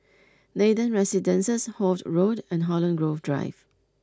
Nathan Residences Holt Road and Holland Grove Drive